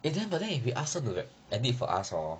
eh then but if we ask her to edit for us hor